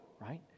right